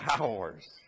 hours